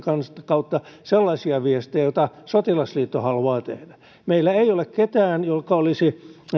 kautta sellaisia viestejä joita sotilasliitto haluaa tehdä meillä ei ole ketään joka olisi